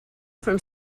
from